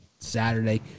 saturday